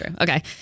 Okay